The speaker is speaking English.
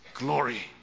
glory